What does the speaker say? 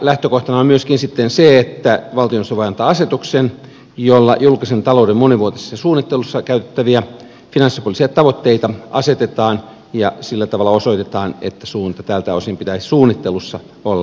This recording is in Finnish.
lähtökohtana on myöskin sitten se että valtioneuvosto voi antaa asetuksen jolla julkisen talouden monivuotisessa suunnittelussa käytettäviä finanssipoliittisia tavoitteita asetetaan ja sillä tavalla osoitetaan että suunnan tältä osin pitäisi suunnittelussa olla oikea